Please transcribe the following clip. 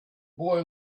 boy